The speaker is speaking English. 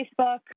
Facebook